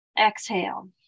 Exhale